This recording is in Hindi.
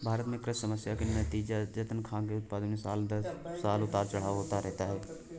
भारत में कृषि समस्याएं से नतीजतन, खाद्यान्न के उत्पादन में साल दर साल उतार चढ़ाव होता रहता है